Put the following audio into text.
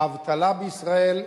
האבטלה בישראל,